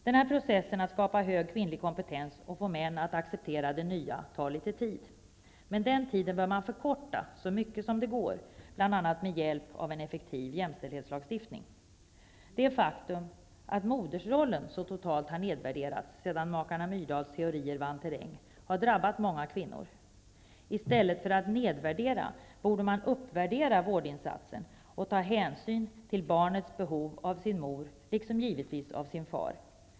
Den här processen att skapa hög kvinnlig kompetens och få män att acceptera det nya tar litet tid. Men den tiden bör man förkorta så mycket det går, bl.a. med hjälp av en effektiv jämställdhetslagstiftning. Det faktum att modersrollen så totalt har nedvärderats sedan makarna Myrdals teorier vann terräng har drabbat många kvinnor. I stället för att nedvärdera borde man uppvärdera vårdinsatsen och ta hänsyn till barnets behov av sin mor, liksom givetvis av sin far.